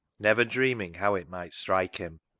never dreaming how it might strike him.